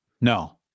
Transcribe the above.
No